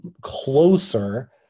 closer